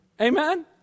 Amen